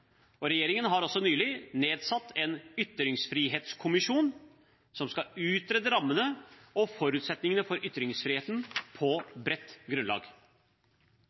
Regjeringen har også nylig nedsatt en ytringsfrihetskommisjon, som skal utrede rammene og forutsetningene for ytringsfriheten på bredt grunnlag.